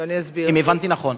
אם הבנתי נכון.